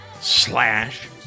slash